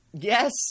Yes